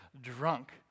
drunk